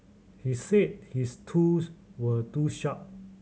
he said his tools were too sharp